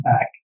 back